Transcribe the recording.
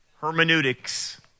hermeneutics